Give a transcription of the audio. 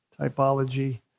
typology